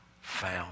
found